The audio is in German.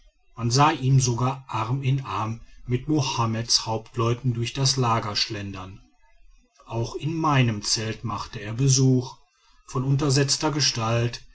man sah ihn sogar arm in arm mit mohammeds hauptleuten durch das lager schlendern auch in meinem zelt machte er besuch von untersetzter gestalt